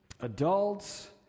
adults